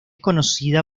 conocida